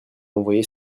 envoyer